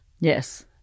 yes